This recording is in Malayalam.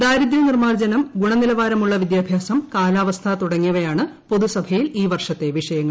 ദാരിദ്ര്യ നിർമ്മാർജ്ജനം ഗുണനിലവാരമുള്ള വിദ്യാഭ്യാസം കാലാവസ്ഥ തുടങ്ങിയവയാണ് പൊതുസഭയിൽ ഈ വർഷത്തെ വിഷയങ്ങൾ